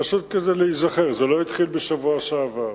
פשוט כדי להיזכר, זה לא התחיל בשבוע שעבר.